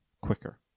Quicker